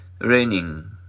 raining